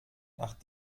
nach